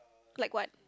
like what